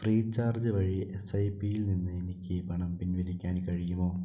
free charge വഴി S I പിയിൽ നിന്ന് എനിക്ക് പണം പിൻവലിക്കാൻ കഴിയുമോ